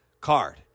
card